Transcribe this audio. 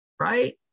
right